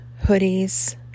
hoodies